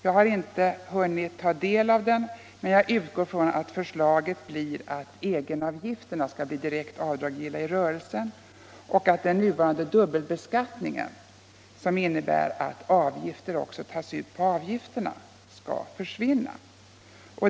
Jag har inte hunnit att ta del av den ännu, men jag utgår ifrån att förslaget blir att egenavgifterna skall vara direkt avdragsgilla i rörelsen och att den nuvarande dubbelbeskattningen, som innebär att avgifter också tas ut på avgifterna, försvinner.